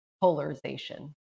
polarization